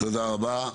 תודה רבה.